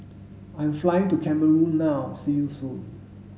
I'm flying to Cameroon now See you soon